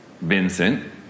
Vincent